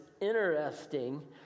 interesting